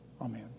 Amen